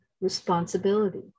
responsibility